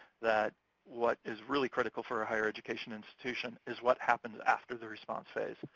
that what is really critical for a higher education institution is what happens after the response phase.